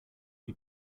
die